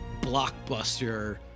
blockbuster